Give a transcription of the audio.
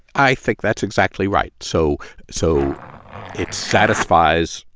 i think that's exactly right. so so it satisfies,